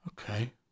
Okay